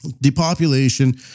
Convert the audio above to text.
Depopulation